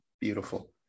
Beautiful